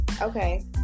Okay